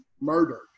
murdered